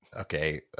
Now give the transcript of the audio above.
Okay